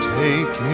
take